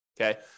Okay